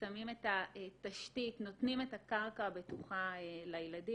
שמים את התשתית, נותנים את הקרקע הבטוחה לילדים.